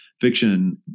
fiction